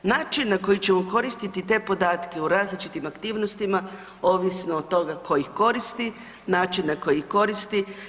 Način na koji ćemo koristiti te podatke u različitim aktivnostima ovisno od toga ko ih koristi, način na koji ih koristi.